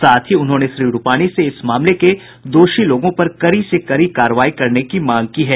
साथ ही उन्होंने श्री रूपाणी से इस मामले के दोषी लोगों पर कड़ी से कड़ी कार्रवाई करने की मांग की है